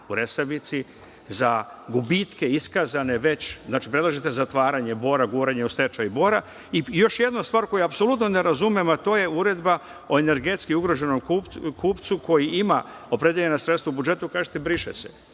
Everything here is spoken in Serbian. za plate, za gubitke iskazane već. Beležite zatvaranje „Bora“, guranje u stečaj „Bora“.I još jedna stvar koju apsolutno ne razumem, a to je uredba o energetski ugroženom kupcu koji ima opredeljena sredstva u budžetu, vi kažete – briše se.